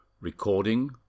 Recording